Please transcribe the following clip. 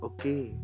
Okay